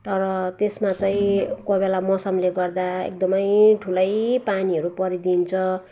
तर त्यसमा चाहिँ कोही बेला मौसमले गर्दा एकदमै ठुलै पानीहरू परिदिन्छ